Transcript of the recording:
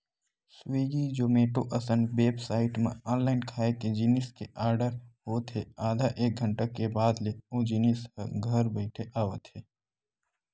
Swiggy, Zomato असन website म online खाए के जिनिस के आरडर होत हे आधा एक घंटा के बाद ले ओ जिनिस ह घर बइठे आवत हे